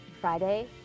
Friday